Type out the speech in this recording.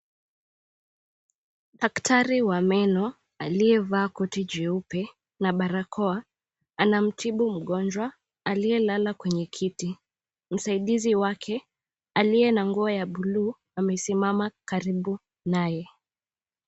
Daktari wa meno aliyevaa koti jeupe na barakoa anamtibu mgonjwa aliyelala kwenye kiti. Msaidizi wake aliye na nguo ya buluu amesimama karibu naye.